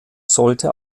sollte